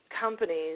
companies